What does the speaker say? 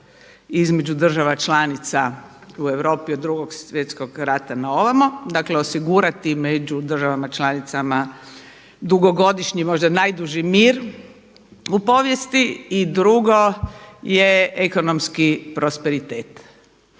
između država članica u Europi od Drugog svjetskog rata na ovamo, dakle osigurati među državama članicama dugogodišnji, možda najduži mir u povijesti i drugo je ekonomski prosperitet.